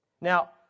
Now